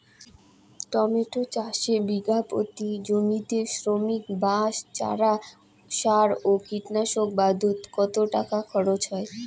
Tomato চাষে বিঘা প্রতি জমিতে শ্রমিক, বাঁশ, চারা, সার ও কীটনাশক বাবদ কত টাকা খরচ হয়?